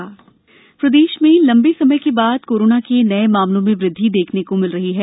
corona प्रदेश प्रदेश में लम्बे समय के बाद कोरोना के नये मामलों में वृद्धि देखने को मिल रही है